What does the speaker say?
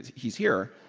he's here